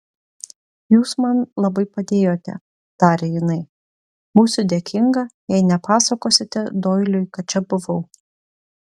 jūs man labai padėjote tarė jinai būsiu dėkinga jei nepasakosite doiliui kad čia buvau